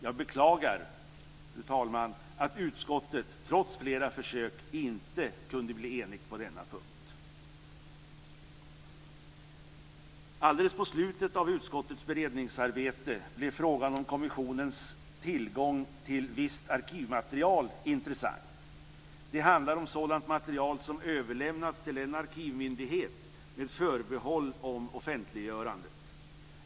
Jag beklagar, fru talman, att utskottet trots flera försök inte kunde bli enigt på denna punkt. Alldeles på slutet av utskottets beredningsarbete blev frågan om kommissionens tillgång till visst arkivmaterial intressant. Det handlar om sådant material som överlämnats till en arkivmyndighet med förbehåll om offentliggörande.